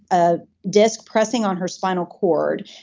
ah disc pressing on her spinal cord,